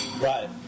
Right